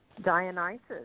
Dionysus